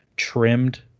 trimmed